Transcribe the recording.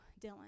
Dylan